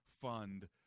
fund